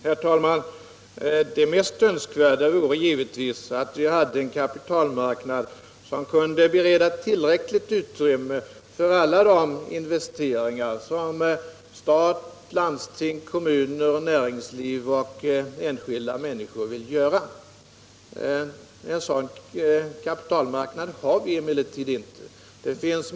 Herr talman! Det mest önskvärda vore givetvis att vi hade en kapitalmarknad som kunde bereda tillräckligt utrymme för alla de investeringar som stat, landsting, kommuner, näringsliv och enskilda människor vill göra. En sådan kapitalmarknad har vi emellertid inte.